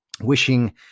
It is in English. Wishing